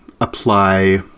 apply